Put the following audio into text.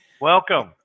Welcome